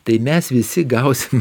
tai mes visi gausim